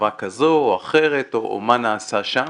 חברה כזו או אחרת או מה נעשה שם,